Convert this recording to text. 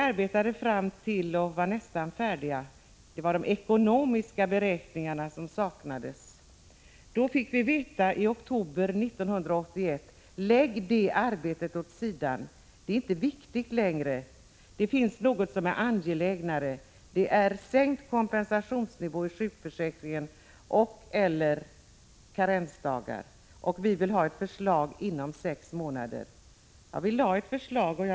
Arbetet var nästan färdigt, bortsett från att de ekonomiska beräkningarna saknades, då vi i oktober 1981 fick besked om att vi skulle lägga arbetet åt sidan. Det var inte viktigt längre. Det var angelägnare att diskutera sänkt kompensationsnivå i sjukförsäkringen och/eller införande av karensdagar. Man ville ha förslag inom sex månader. Vi lade fram ett förslag.